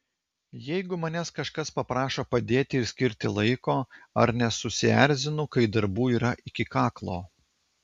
jeigu manęs kažkas paprašo padėti ir skirti laiko ar nesusierzinu kai darbų yra iki kaklo